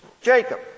Jacob